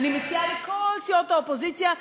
אני מציעה לכל סיעות האופוזיציה,